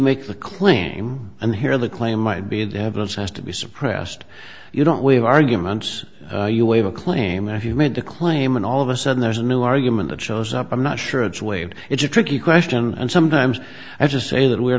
make the claim and here the claim might be the evidence has to be suppressed you don't waive arguments you waive a claim that you made a claim and all of a sudden there's a new argument that shows up i'm not sure it's waived it's a tricky question and sometimes i just say that we are